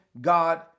God